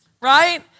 right